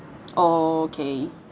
oh okay